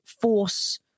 force